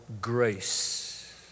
grace